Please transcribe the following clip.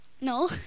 No